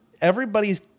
everybody's